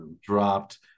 dropped